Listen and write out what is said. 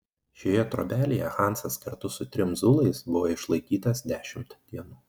šioje trobelėje hansas kartu su trim zulais buvo išlaikytas dešimt dienų